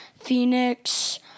Phoenix